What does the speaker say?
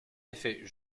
effet